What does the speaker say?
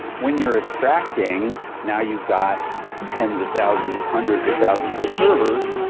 when you're extracting, now you've got tens of thousands, hundreds of thousands of servers.